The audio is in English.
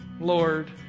lord